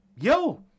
yo